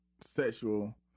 sexual